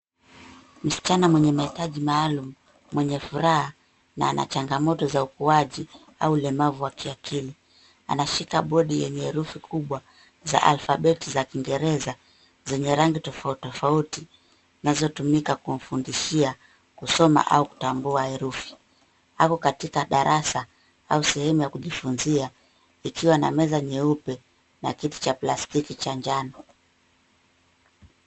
Msichana mwenye mahitaji maalum, mwenye furaha na ana changamoto za ukuaji au ulemavu wa kiakili. Anashika bodi yenye herufi kubwa za alfabeti za kiingereza zenye rangi tofautitofauti zinazotumika kumfundishia, kusoma au kutambua herufi. Ako katika darasa au sehemu ya kujifunzia, ikiwa na meza nyeupe na kiti cha plastiki cha njano.